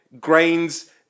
grains